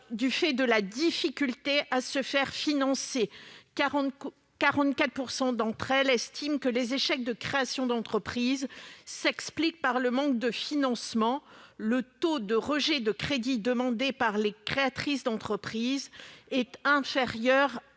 qu'elles rencontrent à se faire financer : 44 % d'entre elles estiment que les échecs de création d'entreprises s'expliquent par le manque de financement, le taux de rejet des crédits demandés par les créatrices d'entreprises étant supérieur